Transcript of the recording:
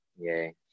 yay